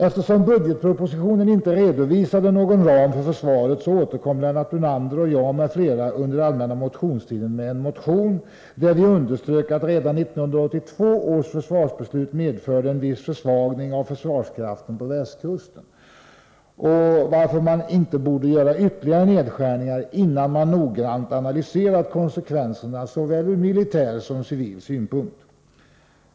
Eftersom budgetpropositionen inte redovisade någon ram för försvaret återkom Lennart Brunander och jag m.fl. under allmänna motionstiden med en motion där vi underströk att redan 1982 års försvarsbeslut medförde en viss försvagning av försvarskraften på västkusten, varför man inte borde göra ytterligare nedskärningar innan man noggrant analyserat konsekvenserna såväl ur militär som ur civil synpunkt.